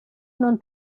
non